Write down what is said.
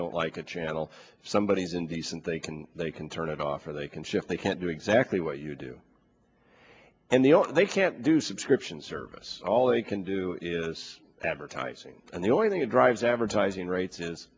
don't like a channel somebody is indecent they can they can turn it off or they can shift they can't do exactly what you do and they don't they can't do subscription service all they can do is advertising and the only thing that drives advertising rates is